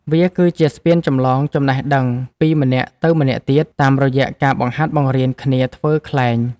វាគឺជាស្ពានចម្លងចំណេះដឹងពីម្នាក់ទៅម្នាក់ទៀត តាមរយៈការបង្ហាត់បង្រៀនគ្នាធ្វើខ្លែង។